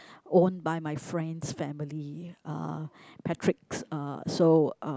owned by my friend's family uh Patrick uh so